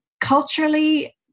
culturally